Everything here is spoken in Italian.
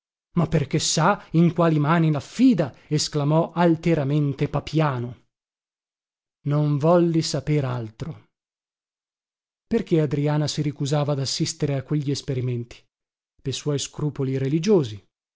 ma perché sa in quali mani laffida esclamò alteramente papiano non volli saper altro perché adriana si ricusava dassistere a quegli esperimenti pe suoi scrupoli religiosi